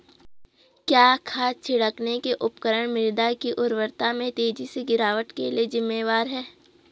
क्या खाद छिड़कने के उपकरण मृदा की उर्वरता में तेजी से गिरावट के लिए जिम्मेवार हैं?